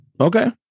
Okay